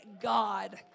God